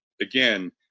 again